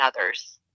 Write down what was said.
others